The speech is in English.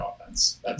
offense